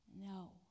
No